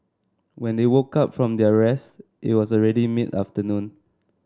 when they woke up from their rest it was already mid afternoon